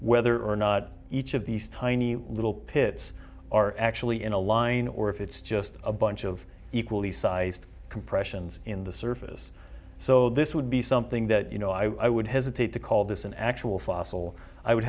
whether or not each of these tiny little pits are actually in a line or if it's just a bunch of equally sized compressions in the surface so this would be something that you know i would hesitate to call this an actual fossil i would